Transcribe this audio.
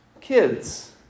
kids